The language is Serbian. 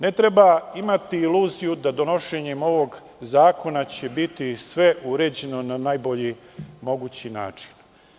Ne treba imati iluziju da će donošenjem ovog zakona biti sve uređeno na najbolji mogući način.